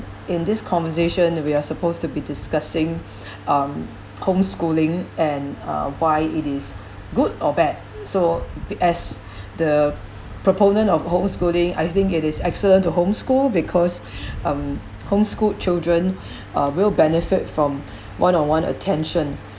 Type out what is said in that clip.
in this conversation we're supposed to be discussing um homeschooling and uh why it is good or bad so as the proponent of homeschooling I think it is excellent to homeschool because um homeschooled children uh will benefit from one-on-one attention